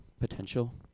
potential